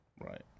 right